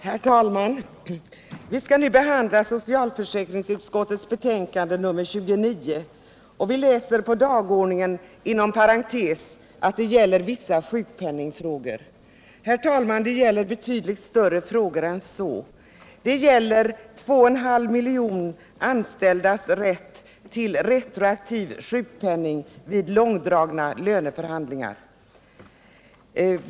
Herr talman! Vi skall nu behandla socialförsäkringsutskottets betänkande nr 29, och vi läser på talarlistan inom parentes att det gäller vissa sjukpenningfrågor. Men, herr talman, det gäller betydligt större frågor än så! Det gäller 2,5 miljoner anställdas rätt till retroaktiv sjukpenning vid långdragna löneförhandlingar.